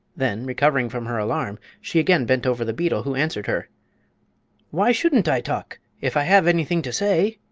then, recovering from her alarm, she again bent over the beetle, who answered her why shouldn't i talk, if i have anything to say?